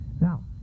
Now